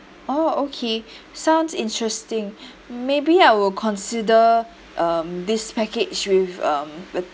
oh okay sounds interesting maybe I will consider um this package with um with